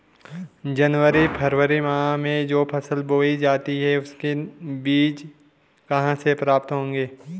जनवरी फरवरी माह में जो फसल बोई जाती है उसके बीज कहाँ से प्राप्त होंगे?